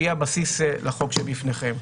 שהיא הבסיס לחוק שבפניכם.